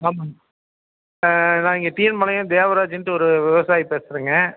ஆமா நான் இங்க டி என் பாளையம் தேவராஜின்ட்டு ஒரு விவசாயி பேசுகிறேங்க